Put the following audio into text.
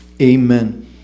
Amen